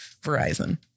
Verizon